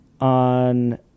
on